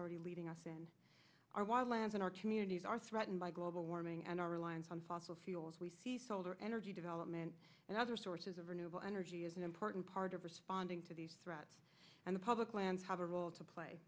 already leading us in our wild lands in our communities are threatened by global warming and our reliance on fossil fuels we see solar energy development and other sources of renewable energy is an important part of responding to these threats and the public lands have a role to play